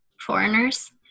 foreigners